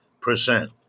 percent